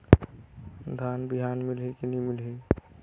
धान बिहान मिलही की नी मिलही?